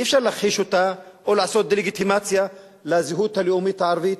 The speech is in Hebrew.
אי-אפשר להכחיש אותה או לעשות דה-לגיטימציה לזהות הלאומית הערבית.